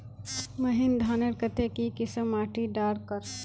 महीन धानेर केते की किसम माटी डार कर?